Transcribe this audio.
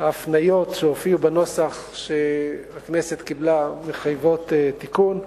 ההפניות שהופיעו בנוסח שהכנסת קיבלה מחייבות תיקון.